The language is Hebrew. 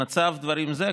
במצב דברים זה,